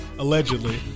Allegedly